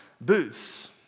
Booths